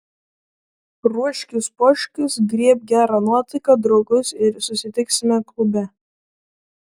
ruoškis puoškis griebk gerą nuotaiką draugus ir susitiksime klube